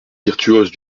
virtuose